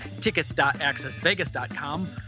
Tickets.AccessVegas.com